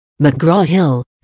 McGraw-Hill